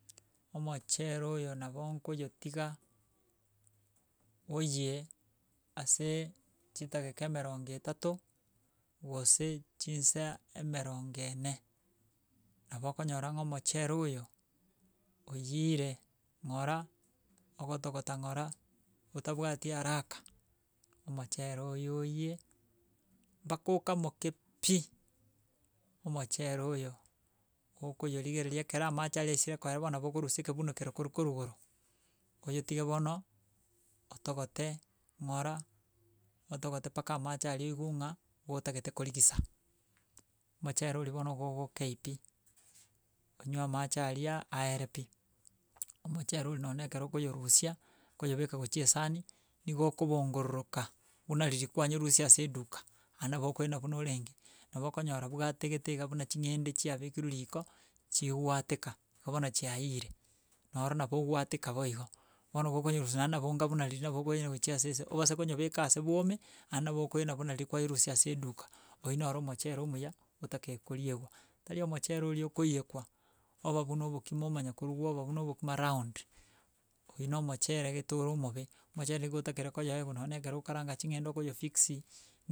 Gekogera omooochere goookoira oko ogosensi bwango aseee ase echumbi nabo ogosinya, onye gotaete korosia omo- o aidha obe omo omokafu, oyokorierwa enyama, enyama eye nero igo okoyerosia kando, oyerosie et oyerosie egere erosie omosori, omosori na noro nabo okorierwa omochere oyo ekere ore omokafu, nabo oko okoimoreraaaa omo omochere oywo bono, em esubu eria ya enyama, nere egocha koooo koba, esubu ya omochere, taria amache ng'a naro akobaaaa ese ase omochere. Omochere oro iga okoba omokamoku, alafu eke kende otagete koriera bono ege bono na kere nakigekorosia omosori egere gokobeka egere kegokonye, asoo obwansu, okobeka ebinto bionsi, obibirendegere oi kera egento tori kobeka kende geetanie ekende kerase koba geetanie egere ogosinye. Naende muna bono ekere okoroseria abageni igo okooorora ng'a na okorabe omonge, naaro ogopima, ege egeasi keria, kie egento eke gekorierwu omochere oyo ndi mbichi gokorema egere, abande barie omwomo, naaaye na abande bari ba oyonde o bwate bono ogochi koretaa ao- aa abanto barase korora ng'aki bono naye noone okorosia oko tomanyeti. Igooo, nabo etakeire ekera egento okogenda na egepimo egere endagera